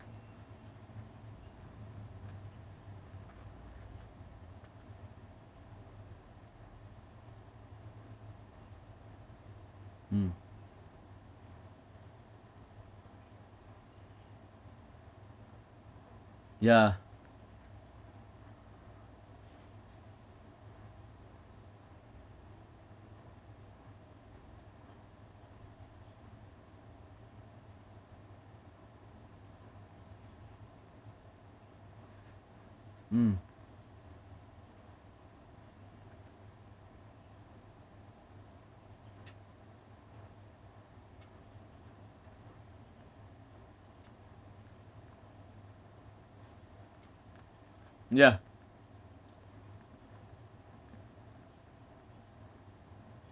mm yeah mm yeah